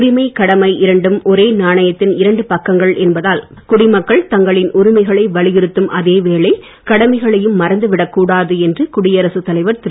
உரிமை கடமை இரண்டும் ஒரே நாணயத்தின் இரண்டு பக்கங்கள் என்பதால் குடிமக்கள் தங்களின் உரிமைகளை வலியுறுத்தும் அதே வேளை கடமைகளையும் மறந்துவிடக் கூடாது என்று குடியரசுத் தலைவர் திரு